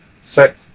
set